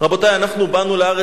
אנחנו באנו לארץ הזאת,